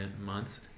months